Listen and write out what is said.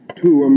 two